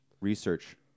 research